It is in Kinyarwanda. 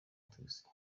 taxi